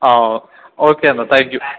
ആ ഓക്കെ എന്നാൽ thank you